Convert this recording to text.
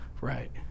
right